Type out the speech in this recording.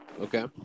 Okay